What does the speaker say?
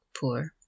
poor